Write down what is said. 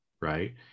Right